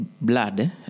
blood